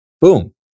boom